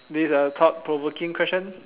this is a thought provoking question